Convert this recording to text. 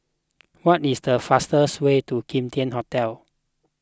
what is the fastest way to Kim Tian Hotel